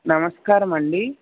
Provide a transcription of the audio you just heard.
నమస్కారమండి